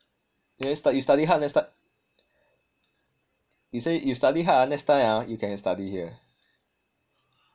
you stu~ you study hard next time he say you study hard ah next time you can study here